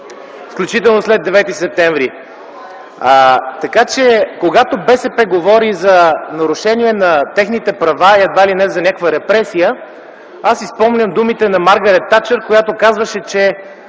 включително след Девети септември. Така че, когато БСП говори за нарушение на техните права и едва ли не за някаква репресия, аз си спомням думите на Маргарет Тачър, която казваше, че